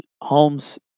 Holmes